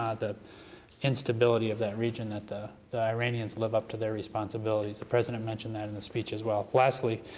um the instability of that region, that the the iranians live up to their responsibilities. the president mentioned that in the speech as well. lastly,